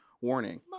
Warning